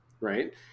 right